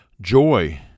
joy